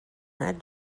that